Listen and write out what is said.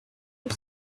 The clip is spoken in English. put